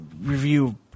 review